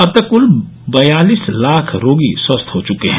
अब तक कुल बयालिस लाख रोगी स्वस्थ हो चुके हैं